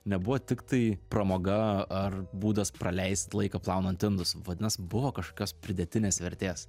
nebuvo tiktai pramoga ar būdas praleist laiką plaunant indus vadinas buvo kažkokios pridėtinės vertės